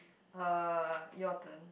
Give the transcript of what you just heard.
uh your turn